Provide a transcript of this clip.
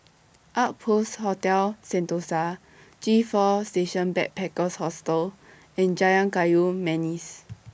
Outpost Hotel Sentosa G four Station Backpackers Hostel and Jalan Kayu Manis